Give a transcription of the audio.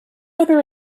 other